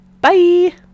Bye